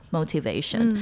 Motivation